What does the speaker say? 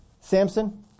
Samson